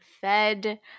fed